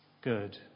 good